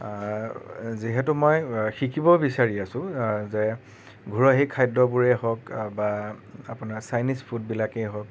যিহেতু মই শিকিব বিচাৰি আছোঁ যে ঘৰুৱা সেই খাদ্যবোৰে হওঁক বা আপোনাৰ চাইনিজ ফুডবিলাকেই হওঁক